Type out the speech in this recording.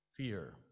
fear